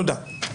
תודה.